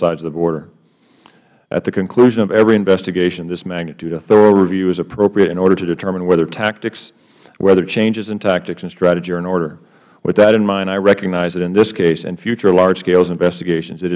sides of the border at the conclusion of every investigation of this magnitude a thorough review is appropriate in order to determine whether tactics whether changes in tactics and strategy are in order with that in mind i recognize that in this case and future largescale investigations